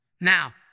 Now